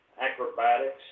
acrobatics